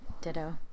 ditto